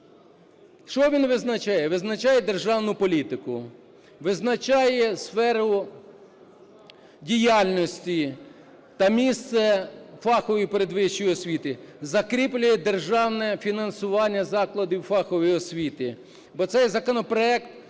Що він визначає? Визначає державну політику, визначає сферу діяльності та місце фахової передвищої освіти, закріплює державне фінансування закладів фахової освіти. Бо цей законопроект,